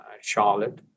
Charlotte